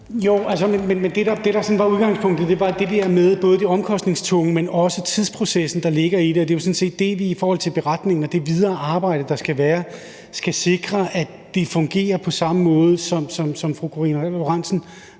men det, der sådan var udgangspunktet, var både det, der handlede om det omkostningstunge, men også tidsprocessen, der ligger i det, og det er jo sådan set det, vi i forhold til beretningen og det videre arbejde, der skal være, skal sikre fungerer på samme måde som det, fru Karina Lorentzen